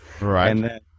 Right